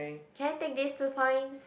can I take this two points